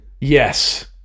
yes